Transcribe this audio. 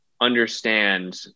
understand